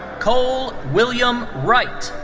cole william wright.